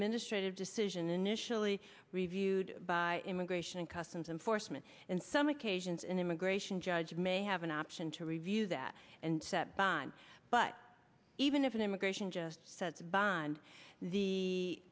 ministry of decision initially reviewed by immigration and customs enforcement and some occasions an immigration judge may have an option to review that and set bond but even if an immigration just sets bind the